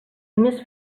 només